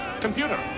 Computer